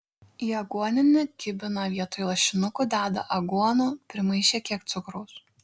į aguoninį kibiną vietoj lašinukų deda aguonų primaišę kiek cukraus